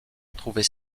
trouvait